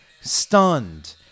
stunned